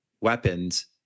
weapons